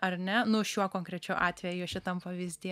ar ne nu šiuo konkrečiu atveju šitam pavyzdy